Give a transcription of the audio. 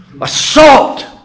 Assault